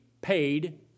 paid